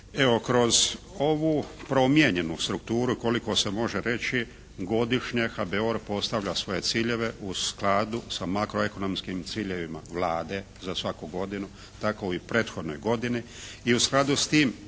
kroz ovu promijenjenu strukturu koliko se može reći, godišnje HBOR postavlja svoje ciljeve u skladu sa makroekonomskim ciljevima Vlade za svaku godinu, tako i u prethodnoj godini